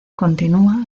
continúa